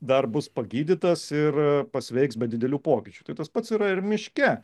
dar bus pagydytas ir pasveiks be didelių pokyčių tai tas pats yra ir miške